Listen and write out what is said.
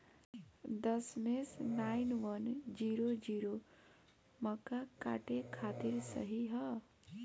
दशमेश nine one zero zero मक्का काटे खातिर सही ह?